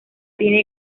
tiene